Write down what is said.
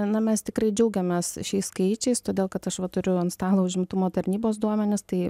na mes tikrai džiaugiamės šiais skaičiais todėl kad aš va turiu ant stalo užimtumo tarnybos duomenis tai